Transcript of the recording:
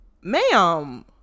ma'am